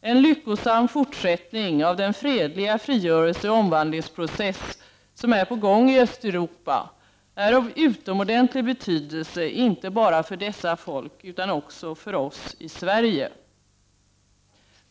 En lyckosam fortsättning av den fredliga frigörelseoch omvandlingsprocess som är på gång i Östeuropa är av utomordentlig betydelse inte bara för dessa folk utan också för oss i Sverige.